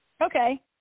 okay